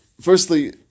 firstly